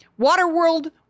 Waterworld